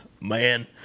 Man